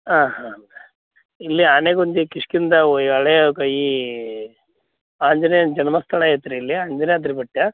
ಹಾಂ ಹಾಂ ಇಲ್ಲಿ ಆನೆಗುಂದಿ ಕಿಷ್ಕಿಂಧೆ ಓ ಈ ಆಂಜನೇಯನ ಜನ್ಮಸ್ಥಳ ಐತೆ ರೀ ಇಲ್ಲಿ ಅಂಜನಾದ್ರಿ ಬೆಟ್ಟ